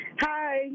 Hi